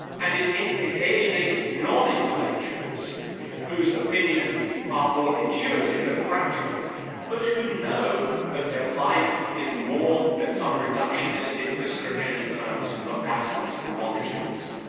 and it it alienates nonintellectuals whose opinions are more intuitive and practical but who know that their life is more than some reductionistic description in terms of atoms and molecules.